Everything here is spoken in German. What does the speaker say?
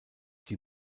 die